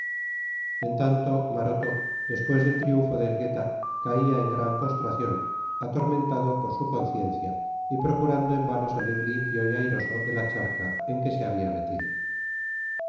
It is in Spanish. en tanto maroto después del triunfo de elgueta caía en gran postración atormentado por su conciencia y procurando en vano salir limpio y airoso de la charca en que se había metido